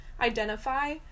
identify